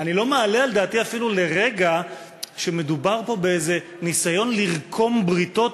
אני לא מעלה על דעתי אפילו לרגע שמדובר פה באיזה ניסיון לרקום בריתות